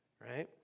right